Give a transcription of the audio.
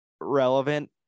relevant